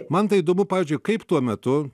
man tai įdomu pavyzdžiui kaip tuo metu